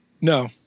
no